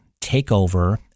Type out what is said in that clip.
takeover